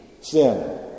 sin